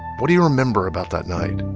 what do you remember about that night?